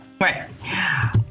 Right